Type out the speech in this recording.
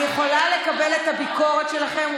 אני יכולה לקבל את הביקורת שלכם,